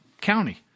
county